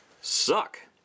suck